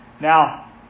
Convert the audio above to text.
Now